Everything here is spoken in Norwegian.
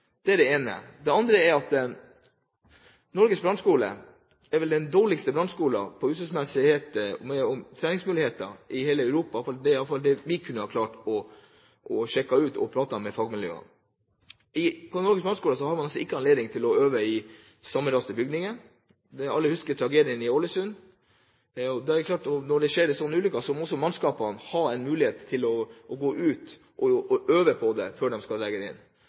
det er det ene. Det andre er at Norges brannskole nok er den dårligste brannskolen når det gjelder treningsmuligheter i hele Europa – i hvert fall etter det vi har klart å sjekke ut ved å prate med fagmiljøene. Ved Norges brannskole har man altså ikke anledning til å øve i sammenraste bygninger. Alle husker tragedien i Ålesund. Det er klart at når det skjer en sånn ulykke, må også mannskapene ha hatt en mulighet til å øve på det